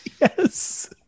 yes